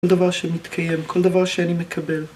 כל דבר שמתקיים, כל דבר שאני מקבל.